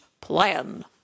plan